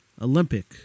Olympic